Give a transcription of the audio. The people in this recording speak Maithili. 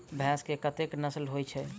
भैंस केँ कतेक नस्ल होइ छै?